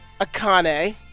Akane